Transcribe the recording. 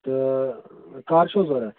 تہٕ کر چھُو ضروٗرت